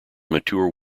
mature